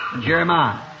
Jeremiah